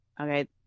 okay